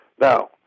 Now